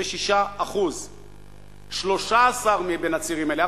76%. 13% מבין הצעירים האלה,